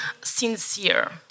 sincere